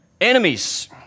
enemies